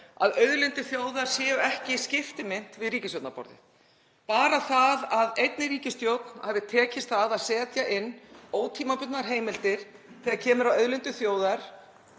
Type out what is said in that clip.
að auðlindir þjóðar séu ekki skiptimynt við ríkisstjórnarborðið. Bara það að einni ríkisstjórn hafi tekist að setja inn ótímabundnar heimildir þegar kemur að auðlindum þjóðar,